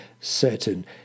certain